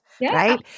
right